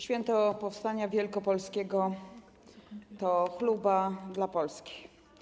Święto powstania wielkopolskiego to chluba dla Polski.